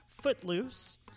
Footloose